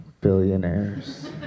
billionaires